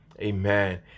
amen